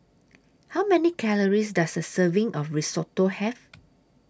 How Many Calories Does A Serving of Risotto Have